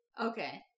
Okay